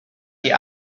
die